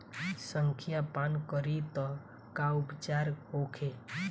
संखिया पान करी त का उपचार होखे?